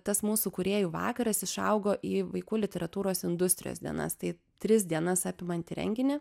tas mūsų kūrėjų vakaras išaugo į vaikų literatūros industrijos dienas tai tris dienas apimantį renginį